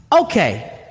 Okay